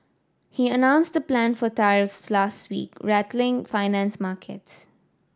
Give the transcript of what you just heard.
he announced the plan for tariffs last week rattling finance markets